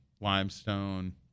limestone